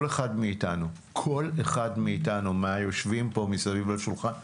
כל אחד מאיתנו, כל אחד מהיושבים פה מסביב לשולחן,